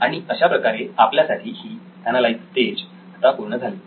आणि अशाप्रकारे आपल्यासाठी ही एनालाईज स्टेज आता पूर्ण झाली